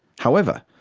however,